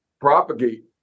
propagate